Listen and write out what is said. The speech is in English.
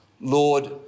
Lord